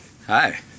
Hi